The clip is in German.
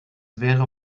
wären